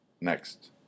Next